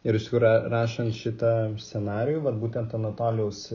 ir iš tikrųjų ra rašant šitą scenarijų vat būtent anatolijaus